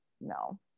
no